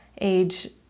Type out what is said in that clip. age